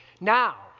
Now